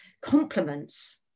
compliments